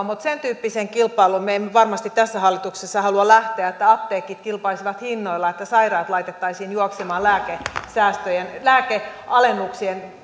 mutta sentyyppiseen kilpailuun me emme varmasti tässä hallituksessa halua lähteä että apteekit kilpailisivat hinnoilla ja että sairaat laitettaisiin juoksemaan lääkesäästöjen lääkealennuksien